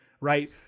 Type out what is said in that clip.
right